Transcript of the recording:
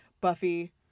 Buffy